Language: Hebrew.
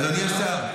אדוני השר,